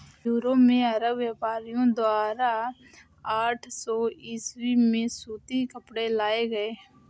Europe में अरब व्यापारियों द्वारा आठ सौ ईसवी में सूती कपड़े लाए गए